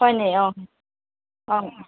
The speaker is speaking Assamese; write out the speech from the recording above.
হয়নি অ অ